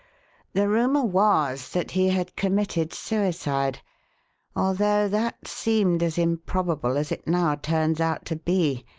the rumour was that he had committed suicide although that seemed as improbable as it now turns out to be,